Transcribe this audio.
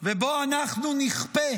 שבו אנחנו נכפה